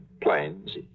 planes